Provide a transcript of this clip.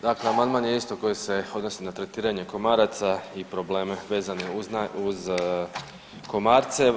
Dakle, amandman je isto koji se odnosi na tretiranje komaraca i probleme vezane uz komarce.